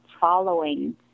following